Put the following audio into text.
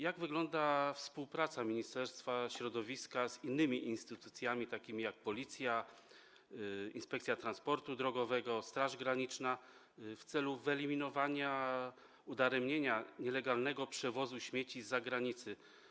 Jak wygląda współpraca Ministerstwa Środowiska z innymi instytucjami, takimi jak Policja, Inspekcja Transportu Drogowego, Straż Graniczna, w celu wyeliminowania, udaremnienia nielegalnego przywozu śmieci z zagranicy?